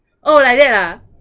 oh like that ah